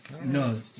No